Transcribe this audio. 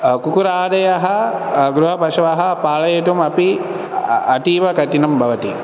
कुक्कुरादयः गृहपशवः पालयितुमपि अतीवकटिनं भवति